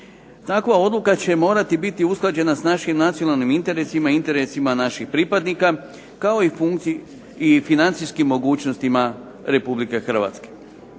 Takva odluka će morati biti usklađena sa našim nacionalnim interesima i interesima naših pripadnika kao i financijskim mogućnostima Republike Hrvatske.